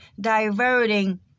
Diverting